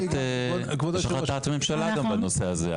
יש החלטת ממשלה גם בנושא הזה,